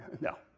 No